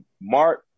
Mark